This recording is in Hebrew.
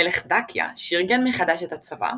מלך דאקיה שארגן מחדש את הצבא,